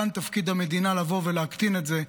כאן תפקיד המדינה לבוא ולהקטין את זה.